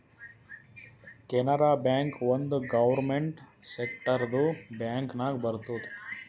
Canara bank ಒಂದ್ government ಸೆಕ್ಟರ್ದು bank ನಾಗ್ ಬರ್ತುದ್